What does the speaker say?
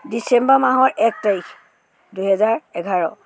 ডিচেম্বৰ মাহৰ এক তাৰিখ দুই হেজাৰ এঘাৰ